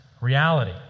reality